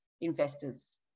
investors